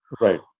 Right